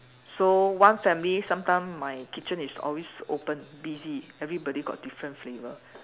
so one family sometimes my kitchen is always open busy everybody got different flavour